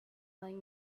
lying